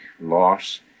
loss